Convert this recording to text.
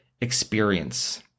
experience